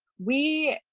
we,